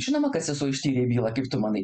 žinoma kad sesuo ištyrė bylą kaip tu manai